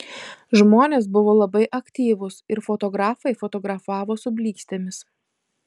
žmonės buvo labai aktyvūs ir fotografai fotografavo su blykstėmis